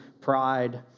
pride